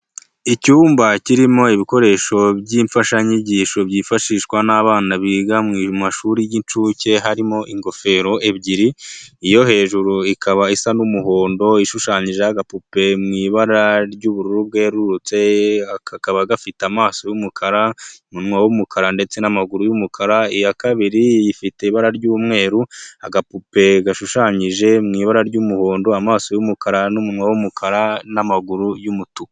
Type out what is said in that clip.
Icyumba kirimo ibikoresho by'imfashanyigisho byifashishwa n'abana biga mu mashuri y'incuke harimo ingofero ebyiri, iyo hejuru ikaba isa n'umuhondo ishushanyijeho agapupe mu ibara ry'ubururu bwerurutse kakaba gafite amaso y'umukara, umunwa w'umukara ndetse n'amaguru y'umukara, iya kabiri ifite ibara ry'umweru agapupe gashushanyije mu ibara ry'umuhondo, amaso umukara n'umuwa w'umukara n'amaguru y'umutuku.